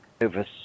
over